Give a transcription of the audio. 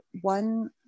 one